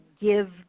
give